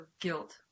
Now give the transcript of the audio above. guilt